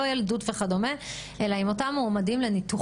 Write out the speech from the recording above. לא ילדות וכדומה אלא מה התהליך שנעשה מול אותם מועמדים לניתוחים.